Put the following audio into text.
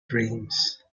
dreams